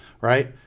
right